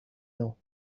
know